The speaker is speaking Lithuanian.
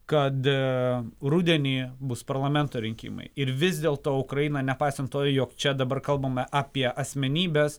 kad rudenį bus parlamento rinkimai ir vis dėl to ukraina nepaisant to jog čia dabar kalbame apie asmenybes